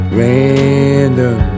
random